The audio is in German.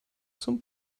zum